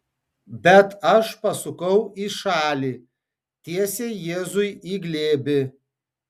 bet aš pasukau į šalį tiesiai jėzui į glėbį